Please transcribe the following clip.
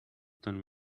ten